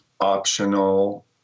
optional